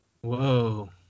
Whoa